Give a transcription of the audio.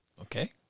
Okay